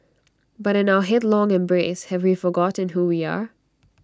but in our headlong embrace have we forgotten who we are